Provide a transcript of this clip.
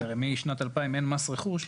כי הרי, משנת 2000 אין מס רכוש.